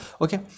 okay